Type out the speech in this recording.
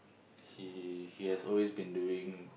he he has always been doing